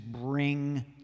bring